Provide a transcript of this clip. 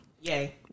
yay